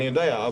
אני יודע,